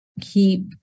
keep